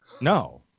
No